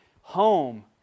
home